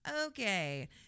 Okay